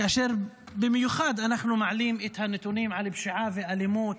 זה במיוחד כאשר אנחנו מעלים את הנתונים על פשיעה ואלימות,